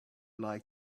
like